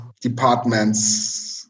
departments